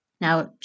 Now